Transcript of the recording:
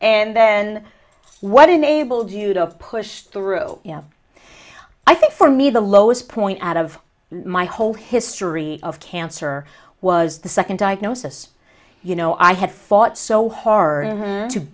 and then what enabled you to push through i think for me the lowest point out of my whole history of cancer was the second diagnosis you know i had fought so hard to